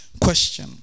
Question